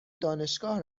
دانشگاه